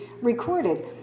recorded